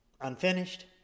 Unfinished